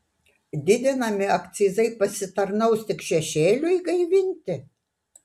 didinami akcizai pasitarnaus tik šešėliui gaivinti